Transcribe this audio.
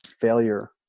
failure